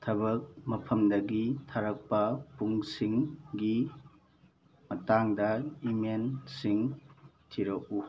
ꯊꯕꯛ ꯃꯐꯝꯗꯒꯤ ꯊꯥꯔꯛꯄ ꯄꯨꯡꯁꯤꯡꯒꯤ ꯃꯇꯥꯡꯗ ꯏꯃꯦꯜꯁꯤꯡ ꯊꯤꯔꯛꯎ